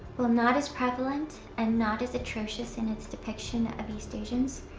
while not as prevalent, and not as atrocious in its depiction of east asians,